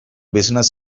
business